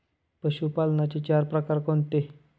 पशुपालनाचे चार प्रकार कोणते?